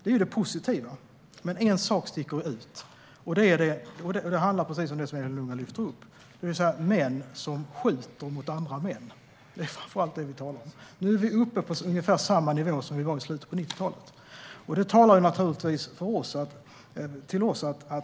När det gäller det negativa sticker en sak ut, nämligen män som skjuter mot andra män. Nu är vi uppe på samma nivå som i slutet av 90-talet.